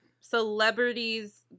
celebrities